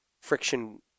friction